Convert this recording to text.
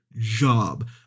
job